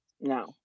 No